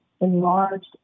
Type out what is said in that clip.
enlarged